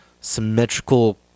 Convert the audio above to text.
symmetrical